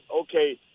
okay